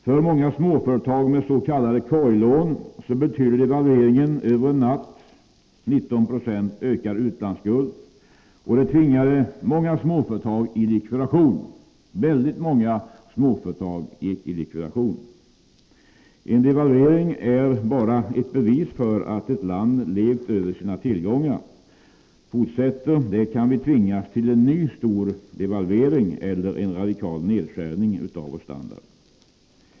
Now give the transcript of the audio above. För många småföretag med s.k. korglån betydde devalveringen 19 90 i ökad utlandsskuld över en natt, och det tvingade väldigt många småföretag i likvidation. En devalvering är bara ett bevis för att ett land levt över sina tillgångar. Fortsätter det, kan vi tvingas till en ny stor devalvering eller en radikal nedskärning av vår standard.